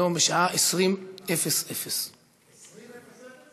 היום בשעה 20:00. 20:00?